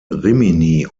rimini